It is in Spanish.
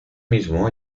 mismo